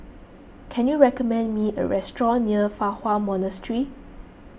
can you recommend me a restaurant near Fa Hua Monastery